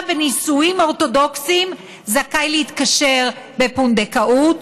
בנישואים אורתודוקסיים זכאי להיקשר בפונדקאות?